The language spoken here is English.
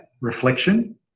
reflection